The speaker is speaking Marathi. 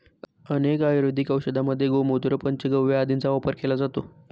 अनेक आयुर्वेदिक औषधांमध्ये गोमूत्र, पंचगव्य आदींचा वापर केला जातो